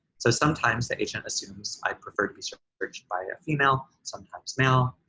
so sometimes the agent assumes i'd prefer to be searched by a female, sometimes male,